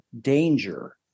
danger